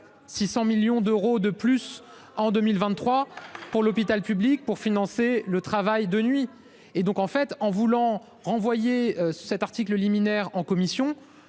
600 millions d'euros de plus en 2023 pour l'hôpital public pour financer le travail de nuit et donc en fait en voulant renvoyer cet article liminaire en commission.